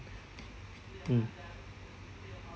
mm